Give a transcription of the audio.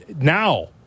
now